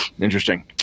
Interesting